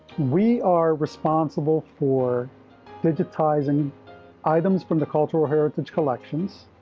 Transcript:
we are responsible for digitizing items from the cultural heritage collections